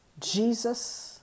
Jesus